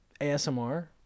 ASMR